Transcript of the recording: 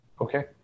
Okay